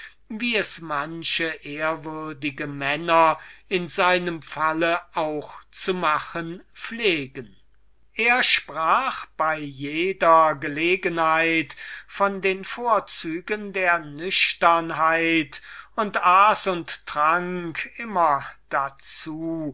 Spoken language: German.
wie es gewisse ehrwürdige männer an gewissen höfen zu machen pflegen er sprach bei jeder gelegenheit von den vorzügen der nüchternheit und mäßigkeit und aß und trank immer dazu